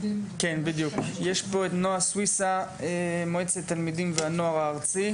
כן בדיוק יש פה את נועה סוויסה מועצת התלמידים והנוער הארצית,